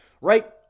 Right